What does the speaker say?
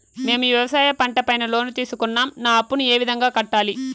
మేము వ్యవసాయ పంట పైన లోను తీసుకున్నాం నా అప్పును ఏ విధంగా కట్టాలి